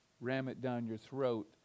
ram-it-down-your-throat